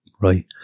right